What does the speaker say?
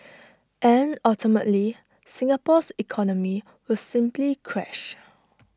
and ultimately Singapore's economy will simply crash